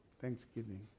thanksgiving